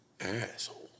asshole